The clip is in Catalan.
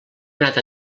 anat